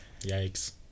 Yikes